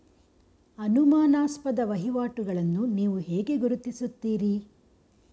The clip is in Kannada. ಅನುಮಾನಾಸ್ಪದ ವಹಿವಾಟುಗಳನ್ನು ನೀವು ಹೇಗೆ ಗುರುತಿಸುತ್ತೀರಿ?